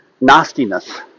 nastiness